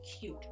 cute